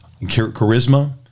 charisma